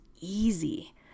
easy